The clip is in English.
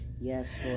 Yes